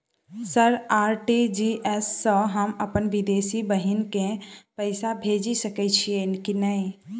Sir RTGS सँ हम अप्पन विदेशी बहिन केँ पैसा भेजि सकै छियै की नै?